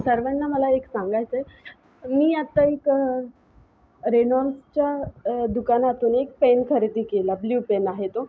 सर्वांना मला एक सांगायचं आहे मी आत्ता एक रेनॉल्ड्सच्या दुकानातून एक पेन खरेदी केला ब्ल्यू पेन आहे तो